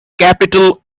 capitol